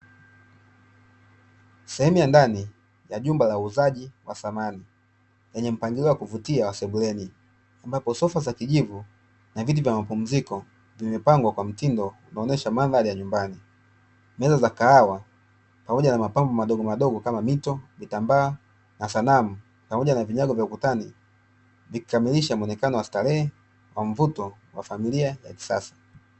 Sehemu ya ndani ya jumba la uuzaji wa samani lenye mpangilio wa kuvutia wa sebuleni, ambapo sofa za kijivu na viti vya mapumziko vimepangwa kwa mtindo kuonyesha mandhari ya nyumbani; meza za kahawa pamoja na mapambo madogomadogo kama: mito, vitamba na sanamu, pamoja na vinyago vya ukutani; vikikamilisha muonekano wa starehe wa mvuto wa familia ya kisasa.